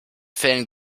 fällen